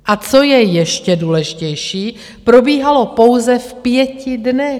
A co je ještě důležitější, probíhalo pouze v pěti dnech.